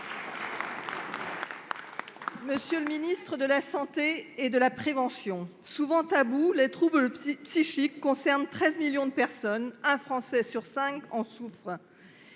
Monsieur le ministre de la santé et de la prévention, souvent tabous, les troubles psychiques concernent 13 millions de personnes : un Français sur cinq en souffre.